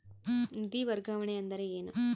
ನಿಧಿ ವರ್ಗಾವಣೆ ಅಂದರೆ ಏನು?